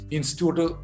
Institute